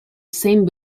same